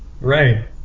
Right